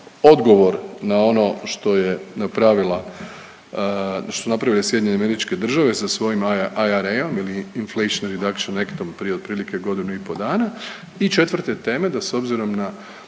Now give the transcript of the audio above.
odgovor na ono što je napravila, su napravile SAD sa svojim IRA ili Inflation Reduction Act-om prije otprilike godinu i po dana i četvrte teme da s obzirom na